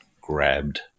grabbed